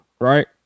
right